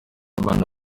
abana